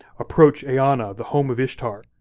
approach eanna, the home of ishtar,